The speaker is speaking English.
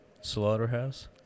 Slaughterhouse